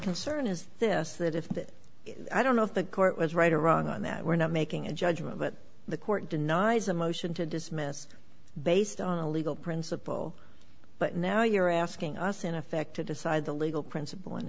if it is i don't know if the court was right or wrong on that we're not making a judgment but the court denies a motion to dismiss based on a legal principle but now you're asking us in effect to decide the legal principle in